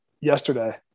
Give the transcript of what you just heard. yesterday